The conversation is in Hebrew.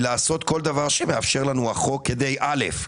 לעשות כל מה שמאפשר לנו החוק כדי א',